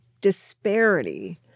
disparity –